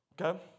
okay